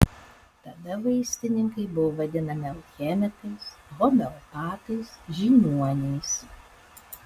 tada vaistininkai buvo vadinami alchemikais homeopatais žiniuoniais